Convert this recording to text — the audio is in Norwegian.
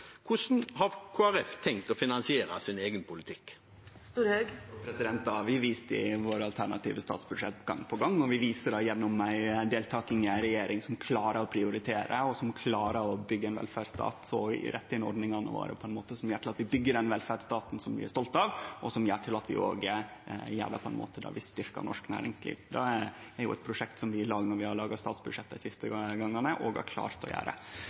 har Kristelig Folkeparti tenkt til å finansiere sin egen politikk? Det har vi vist i dei alternative statsbudsjetta våre gong på gong, og vi viser det gjennom deltaking i ei regjering som klarer å prioritere, og som klarer å byggje ein velferdsstat og rette inn ordningane våre på ein måte som gjer at vi byggjer den velferdsstaten som vi er stolte av. Vi gjer det òg på ein måte som styrkjer det norske næringslivet. Det er eit prosjekt som vi i lag – når vi har laga statsbudsjettet dei siste gongane – har klart å gjere.